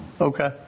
Okay